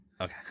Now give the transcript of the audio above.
okay